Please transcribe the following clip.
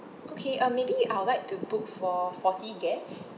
okay um maybe I would like to book for forty guests